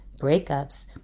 breakups